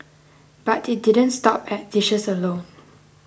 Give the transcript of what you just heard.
but it didn't stop at dishes alone